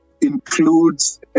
includes